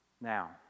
Now